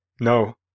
No